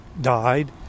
died